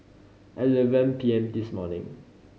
eleven P M this morning